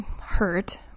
hurt